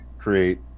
create